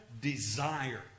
desire